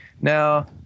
Now